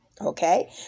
Okay